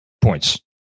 points